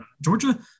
Georgia